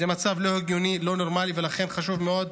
זה מצב לא הגיוני, לא נורמלי, ולכן חשוב מאוד